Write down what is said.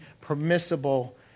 permissible